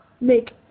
make